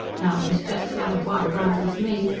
now it was just the other way round with me.